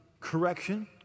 correction